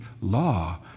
law